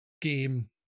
game